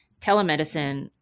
Telemedicine